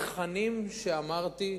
התכנים שאמרתי,